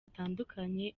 bitandukanye